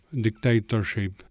dictatorship